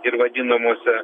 ir vadinamuose